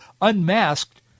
unmasked